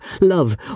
love